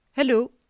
Hello